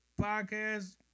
podcast